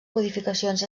modificacions